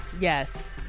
yes